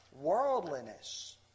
worldliness